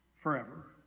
forever